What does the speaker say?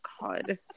God